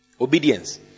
Obedience